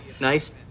Nice